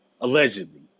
Allegedly